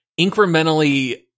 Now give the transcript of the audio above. incrementally